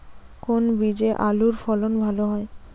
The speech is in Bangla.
কোন বীজে আলুর ফলন ভালো হয়?